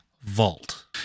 vault